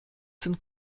sind